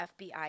FBI